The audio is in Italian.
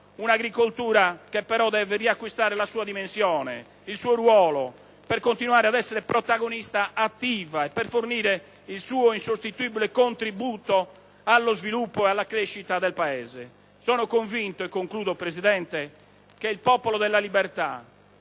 Un'agricoltura che però deve riacquistare la sua dimensione e il suo ruolo, per continuare ad essere protagonista attiva e per fornire il suo insostituibile contributo allo sviluppo e alla crescita del Paese. Sono convinto - e concludo, signor Presidente - che il Popolo della Libertà,